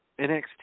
NXT